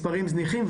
מספרים זניחים.